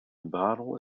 bottle